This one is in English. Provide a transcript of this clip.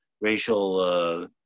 racial